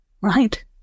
right